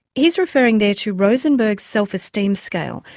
he's referring there to rosenberg's self-esteem scale,